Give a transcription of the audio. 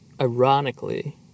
ironically